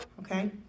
Okay